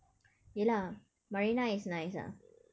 ya lah marina is nice ah